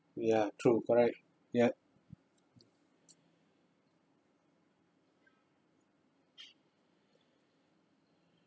ya true correct yup